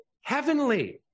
heavenly